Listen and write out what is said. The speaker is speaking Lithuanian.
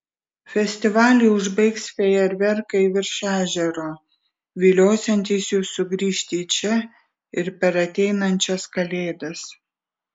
festivalį užbaigs fejerverkai virš ežero viliosiantys jus sugrįžti čia ir per ateinančias kalėdas